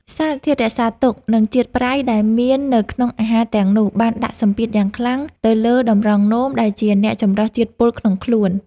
សារធាតុរក្សាទុក និងជាតិប្រៃដែលមាននៅក្នុងអាហារទាំងនោះបានដាក់សម្ពាធយ៉ាងខ្លាំងទៅលើតម្រងនោមដែលជាអ្នកចម្រោះជាតិពុលក្នុងខ្លួន។